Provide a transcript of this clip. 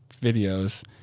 videos